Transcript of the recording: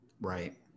Right